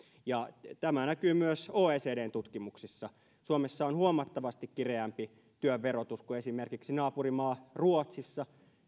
kireää tämä näkyy myös oecdn tutkimuksissa suomessa on huomattavasti kireämpi työn verotus kuin esimerkiksi naapurimaa ruotsissa